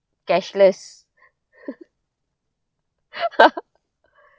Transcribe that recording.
cashless